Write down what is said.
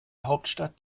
hauptstadt